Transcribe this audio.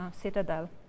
citadel